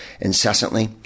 incessantly